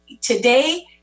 today